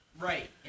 Right